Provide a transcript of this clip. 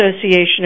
Association